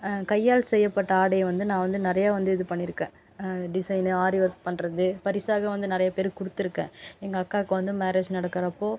கையால் செய்யப்பட்ட ஆடையை வந்து நான் வந்து நிறையா வந்து இது பண்ணிருக்கேன் டிசைன் ஆரி ஒர்க் பண்றது பரிசாக வந்து நிறைய பேருக்கு கொடுத்துருக்கேன் எங்கள் அக்காவுக்கு வந்து மேரேஜ் நடக்கிறப்போ